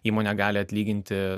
įmonė gali atlyginti